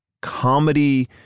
comedy